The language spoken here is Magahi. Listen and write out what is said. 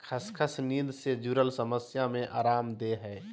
खसखस नींद से जुरल समस्या में अराम देय हइ